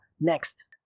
Next